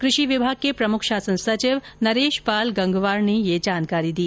कृषि विमाग के प्रमुख शासन सचिव नरेश पाल गंगवार ने ये जानकारी दी